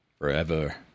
forever